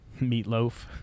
Meatloaf